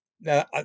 now